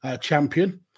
champion